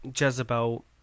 Jezebel